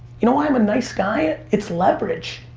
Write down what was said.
you know why i'm a nice guy? it's leverage.